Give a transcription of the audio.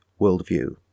worldview